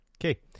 Okay